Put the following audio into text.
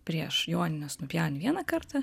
prieš jonines nupjauni vieną kartą